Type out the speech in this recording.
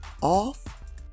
off